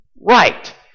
Right